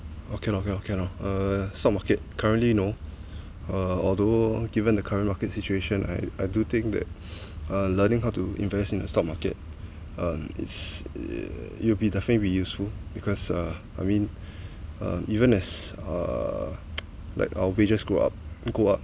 okay lor okay lor okay lor uh stock market currently no uh although given the current market situation I I do think that uh learning how to invest in the stock market um it will be definitely be useful because uh I mean uh even that's uh like our wages grow up go up